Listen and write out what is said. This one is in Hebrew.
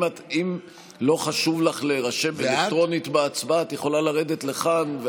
אם לא חשוב לך להירשם אלקטרונית בהצבעה את יכולה לרדת לכאן.